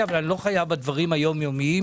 אבל אני לא חייב בדברים היום-יומיים.